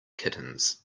kittens